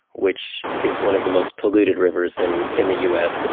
which is one of the most polluted rivers in in the u s. and